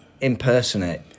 impersonate